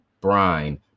brine